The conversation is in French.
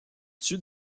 situe